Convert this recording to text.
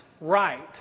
right